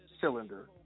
cylinder